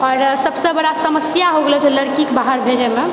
आओर सबसँ बड़ा समस्या होगेलो छौ लड़कीके बाहर भेजएमे